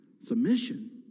Submission